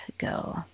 go